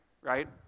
right